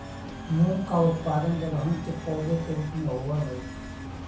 मूंग का उत्पादन दलहन के पौधे के रूप में होव हई